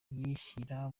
yishyira